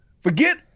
Forget